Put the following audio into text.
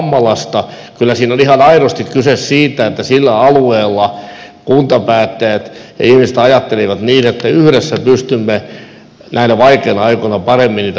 kyllä siinä on ihan aidosti kyse siitä että sillä alueella kuntapäättäjät ja ihmiset ajattelivat niin että yhdessä pystymme näinä vaikeina aikoina paremmin niitä palveluita järjestämään